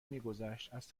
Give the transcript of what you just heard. میگذشت، از